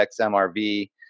XMRV